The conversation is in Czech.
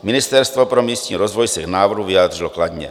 Ministerstvo pro místní rozvoj se k návrhu vyjádřilo kladně.